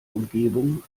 umgebung